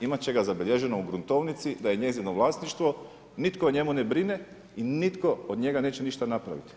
Imat će ga zabilježeno u gruntovnici da je njezino vlasništvo, nitko o njemu ne brine i nitko od njega neće ni šta napraviti.